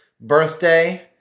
birthday